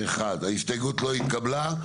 ההסתייגות לא התקבלה.